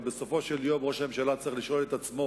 אבל בסופו של יום ראש הממשלה צריך לשאול את עצמו